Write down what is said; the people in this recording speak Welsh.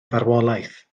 farwolaeth